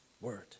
Word